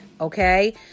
okay